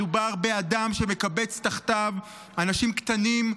מדובר באדם שמקבץ תחתיו אנשים קטנים,